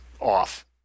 off